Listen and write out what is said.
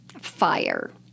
Fire